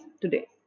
today